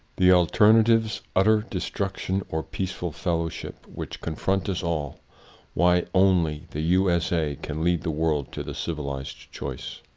the alternatives utter destruction or peaceful fellowship which confront us all why only the usa can lead the world to the civilized choice.